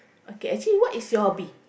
okay actually what is your hobby